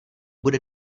bude